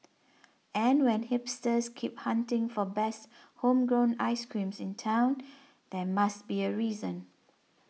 and when hipsters keep hunting for best homegrown ice creams in town there must be a reason